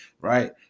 right